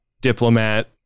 diplomat